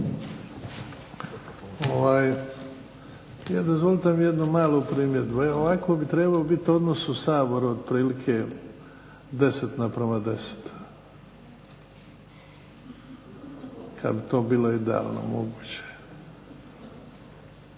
Dozvolite mi jednu malu primjedbu. E ovako bi trebao biti odnos u Saboru otprilike 10 naprama 10. Kad bi to bilo idealno moguće.